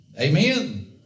Amen